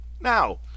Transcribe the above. Now